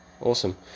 awesome